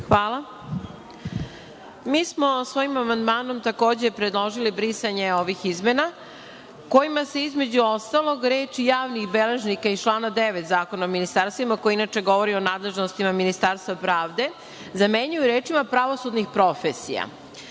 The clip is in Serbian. Hvala. Mi smo svojim amandmanom takođe predložili brisanje ovih izmena kojima se između ostalog reč „javnih beležnika“ iz člana 9. Zakona o ministarstvima, koji inače govori o nadležnostima Ministarstva pravde, zamenjuje rečima „pravosudnih profesija“.Znamo,